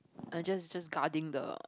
and just just guarding the